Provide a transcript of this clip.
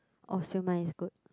oh siew-mai is good